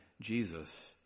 Jesus